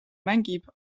mängib